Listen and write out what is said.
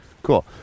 Cool